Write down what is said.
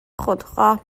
خودخواه